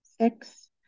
Six